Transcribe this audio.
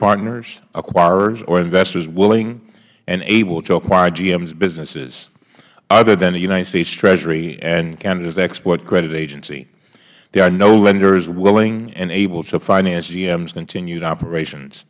partners acquirers or investors willing and able to acquire gm's businesses other than the united states treasury and canada's export credit agency there are no lenders willing and able to finance gm's continued operations